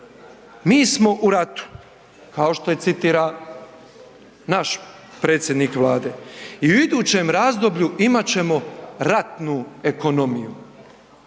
mi smo u ratu, kao što citira i naš predsjednik Vlade i u idućem razdoblju imat ćemo ratnu ekonomiju.